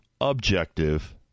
objective